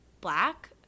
black